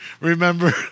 remember